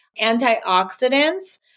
antioxidants